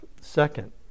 second